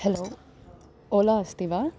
hello Ola अस्ति वा